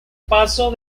paso